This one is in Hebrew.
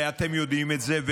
ואתם יודעים את זה,